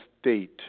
state